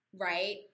right